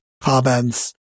comments